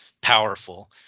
powerful